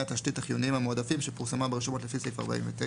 התשתית החיוניים המועדפים שפורסמה ברשומות לפי סעיף 49,